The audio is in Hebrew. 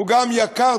והוא גם יקר,